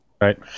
right